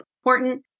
important